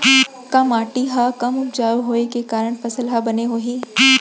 का माटी हा कम उपजाऊ होये के कारण फसल हा बने होही?